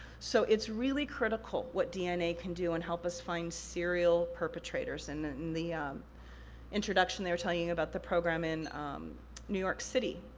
so, it's really critical what dna can do and help us find serial serial perpetrators. and in the introduction, they were telling you about the program in new york city.